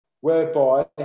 whereby